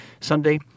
Sunday